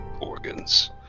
organs